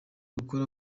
gukora